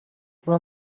will